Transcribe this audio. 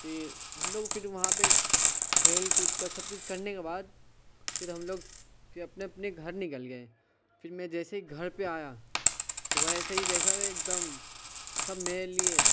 پھر ہم لوگ پھر وہاں پہ کھیل کود کا سب چیز کرنے کے بعد پھر ہم لوگ پھر اپنے اپنے گھر نکل گئے پھر میں جیسے ہی گھر پہ آیا تو ویسے ہی دیکھا کہ ایک دم سب میرے لیے